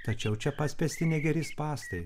tačiau čia paspęsti negeri spąstai